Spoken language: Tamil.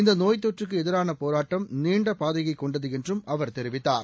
இந்த நோய் தொற்றுக்கு எதிரான போராட்டம் நீண்ட பாதையை கொண்டது என்றும் அவர் தெரிவித்தார்